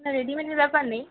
না রেডিমেডের ব্যাপার নেই